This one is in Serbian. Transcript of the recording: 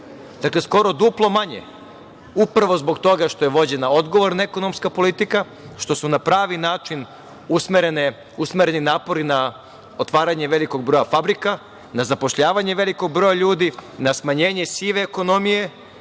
25,3%. Skoro duplo manje, upravo zbog toga što je vođena odgovorna ekonomska politika, što su na pravi način usmereni napori na otvaranje velikog broja fabrika, na zapošljavanje velikog broja ljudi, na smanjenje sive ekonomije